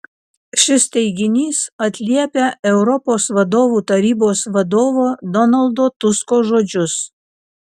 šis teiginys atliepia europos vadovų tarybos vadovo donaldo tusko žodžius